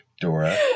Dora